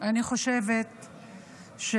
אני חושבת שהדבר